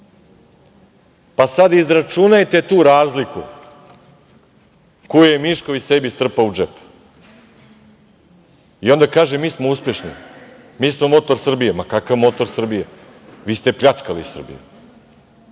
dinara, izračunajte sad tu razliku koju je Mišković sebi strpao u džep, i onda kaže – mi smo uspešni, mi smo motor Srbije, kakav motor Srbije, vi ste pljačkali Srbiju,